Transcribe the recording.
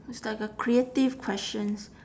it's like a creative questions